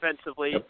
Offensively